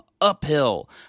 Uphill